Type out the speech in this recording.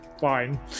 fine